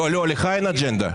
לא, לך אין אג'נדה.